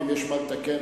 ואם יש מה לתקן,